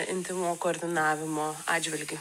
intymumo koordinavimo atžvilgiu